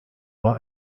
war